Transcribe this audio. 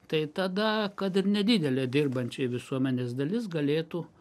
tai tada kad ir nedidelė dirbančioji visuomenės dalis galėtų